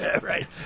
Right